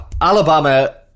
Alabama